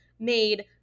made